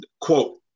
quote